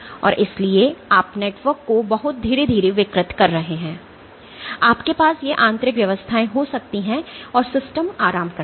और इसलिए आप नेटवर्क को बहुत धीरे धीरे विकृत कर रहे हैं आपके पास ये आंतरिक व्यवस्थाएं हो सकती हैं और सिस्टम आराम करता है